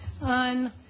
On